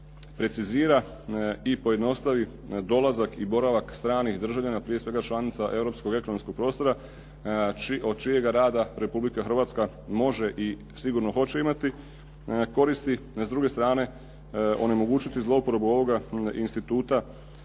precizira i pojednostavi dolazak i boravak stranih državljana prije svega članica europskog ekonomskog prostora od čijega rada Republika Hrvatska može i sigurno hoće imati koristi, a s druge strane onemogućiti zlouporabu ovoga instituta